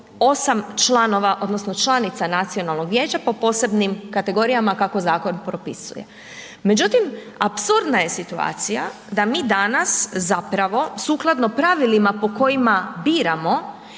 8 članova odnosno članica nacionalnog vijeća po posebnim kategorijama kako zakon propisuje. Međutim apsurdna je situacija da mi danas zapravo sukladno pravilima po kojima biramo,